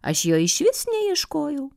aš jo išvis neieškojau